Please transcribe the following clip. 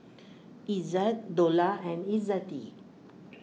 Izzat Dollah and Izzati